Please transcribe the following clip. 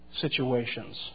situations